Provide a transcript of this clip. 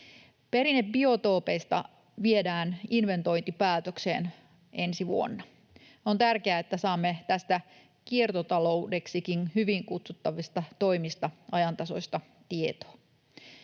Perinnebiotoopeista viedään inventointi päätökseen ensi vuonna. On tärkeää, että saamme tästä kiertotaloudeksikin hyvin kutsuttavista toimista ajantasaista tietoa.